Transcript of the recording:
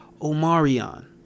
Omarion